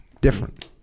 different